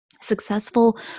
Successful